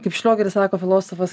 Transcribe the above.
kaip šliogeris sako filosofas